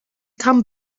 come